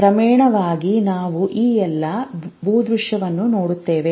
ಕ್ರಮೇಣ ನಾವು ಈ ಎಲ್ಲಾ ಭೂದೃಶ್ಯವನ್ನು ನೋಡುತ್ತೇವೆ